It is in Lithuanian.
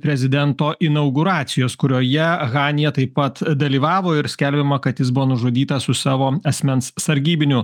prezidento inauguracijos kurioje hanja taip pat dalyvavo ir skelbiama kad jis buvo nužudytas su savo asmens sargybiniu